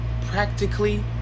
practically